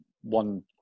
one